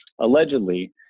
allegedly